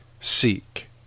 seek